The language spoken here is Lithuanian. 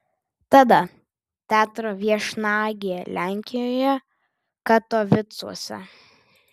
tada teatro viešnagė lenkijoje katovicuose